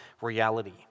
reality